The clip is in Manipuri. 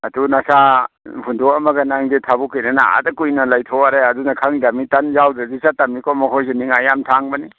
ꯅꯇꯨ ꯅꯆꯥ ꯍꯨꯟꯗꯣꯛꯑꯝꯃꯒ ꯅꯪꯗꯤ ꯊꯕꯛꯀꯤꯅꯤꯅ ꯑꯗꯥ ꯀꯨꯏꯅ ꯂꯩꯊꯣꯛꯎꯔꯦ ꯑꯗꯨꯅ ꯈꯪꯗꯃꯤ ꯇꯟ ꯌꯥꯎꯗꯃꯤꯅ ꯆꯠꯇꯃꯤꯀꯣ ꯃꯈꯣꯏꯁꯦ ꯅꯤꯡꯉꯥꯏ ꯌꯥꯝ ꯊꯥꯡꯕꯅꯤ